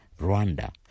Rwanda